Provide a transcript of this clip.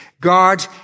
God